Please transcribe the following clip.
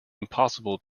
impossible